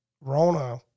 Rona